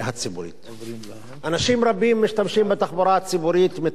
אנשים רבים משתמשים בתחבורה הציבורית מטעמי חיסכון,